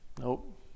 Nope